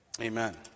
Amen